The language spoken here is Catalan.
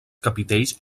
capitells